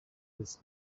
his